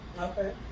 Okay